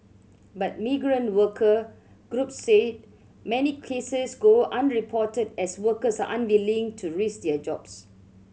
but migrant worker groups said many cases go unreported as workers are unwilling to risk their jobs